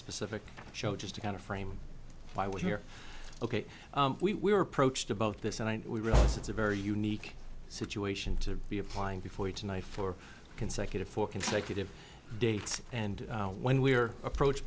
specific show just to kind of frame why we're here ok we were approached about this and we realize it's a very unique situation to be applying before tonight for consecutive four consecutive dates and when we were approached